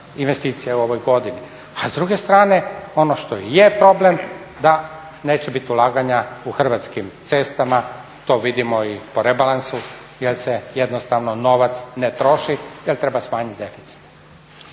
investicija u ovoj godini. A s druge strane, ono što i je problem, da neće biti ulaganja u Hrvatskim cestama, to vidimo i po rebalansu jer se jednostavno novac ne troši jer treba smanjiti deficit.